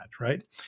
right